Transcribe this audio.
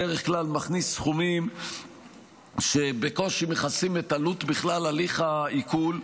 בדרך כלל מכניס סכומים שבקושי מכסים את עלות הליך העיקול.